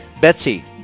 Betsy